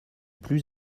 plus